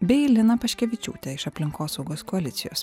bei liną paškevičiūtę iš aplinkosaugos koalicijos